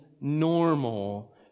normal